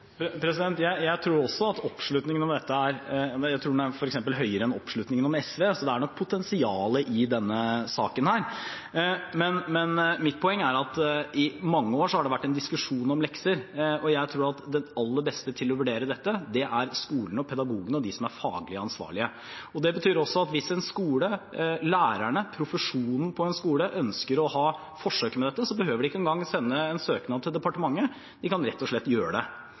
Jeg tror at oppslutningen om dette er f.eks. høyere enn oppslutningen om SV, så det er nok et potensial i denne saken. Mitt poeng er at i mange år har det vært en diskusjon om lekser, og jeg tror at den aller beste til å vurdere dette er skolen – pedagogene og de som er faglig ansvarlige. Det betyr også at hvis en skole, lærerne – de i profesjonen på en skole – ønsker å ha forsøk med dette, behøver de ikke engang å sende en søknad til departementet, de kan rett og slett gjøre det.